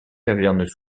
cavernes